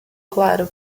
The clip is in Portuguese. claro